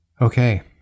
Okay